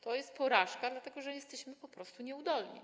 To jest porażka, dlatego że jesteśmy po prostu nieudolni.